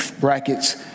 brackets